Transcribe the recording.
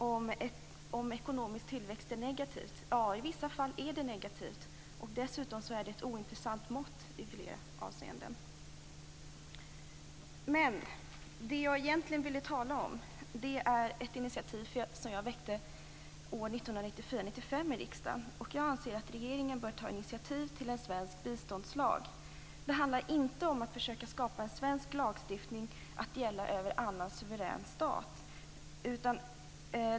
Det gäller om ekonomisk tillväxt är negativt. Ja, i vissa fall är det negativt. Dessutom är det ett ointressant mått i flera avseenden. Men det jag egentligen ville tala om är ett initiativ som jag tog år 1994/95 i riksdagen. Jag anser att regeringen bör ta initiativ till en svensk biståndslag. Det handlar inte om att försöka skapa en svensk lagstiftning som skall gälla över annan suverän stat.